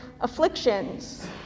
afflictions